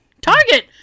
Target